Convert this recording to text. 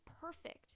perfect